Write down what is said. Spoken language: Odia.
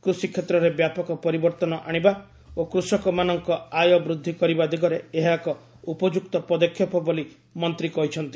କୃଷି କ୍ଷେତ୍ରରେ ବ୍ୟାପକ ପରିବର୍ତ୍ତନ ଆଶିବା ଓ କୃଷକମାନଙ୍କ ଆୟ ବୃଦ୍ଧି କରିବା ଦିଗରେ ଏହା ଏକ ଉପଯୁକ୍ତ ପଦକ୍ଷେପ ବୋଲି ମନ୍ତ୍ରୀ କହିଛନ୍ତି